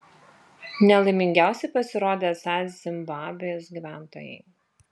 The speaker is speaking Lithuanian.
nelaimingiausi pasirodė esą zimbabvės gyventojai